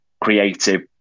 creative